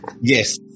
yes